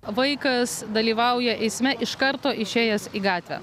vaikas dalyvauja eisme iš karto išėjęs į gatvę